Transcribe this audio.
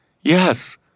yes